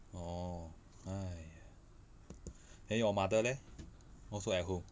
orh haiya then your mother leh also at home